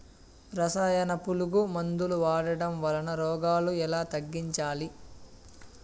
రసాయన పులుగు మందులు వాడడం వలన రోగాలు ఎలా తగ్గించాలి?